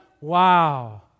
Wow